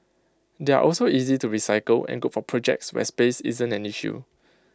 they are also easy to recycle and good for projects where space isn't an issue